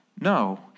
No